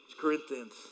Corinthians